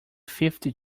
fifty